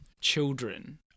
children